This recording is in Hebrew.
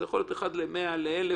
זה יכול להיות אחד למאה או לאלף,